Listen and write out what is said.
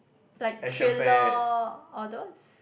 like thriller all those